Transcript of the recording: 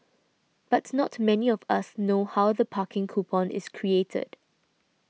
but not many of us know how the parking coupon is created